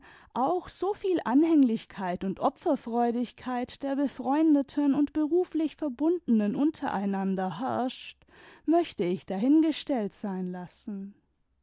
auch soviel anhänglichkeit und opferfreudigkeit der befreundeten und beruflich verbundenen untereinander herrscht möchte ich dahingestellt sein lassen